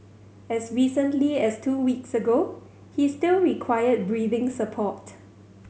as recently as two weeks ago he still required breathing support